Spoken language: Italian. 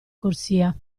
corsia